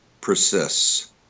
persists